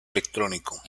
electrónico